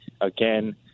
again